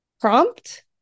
Prompt